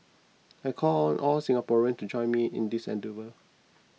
I call on all Singaporeans to join me in this endeavour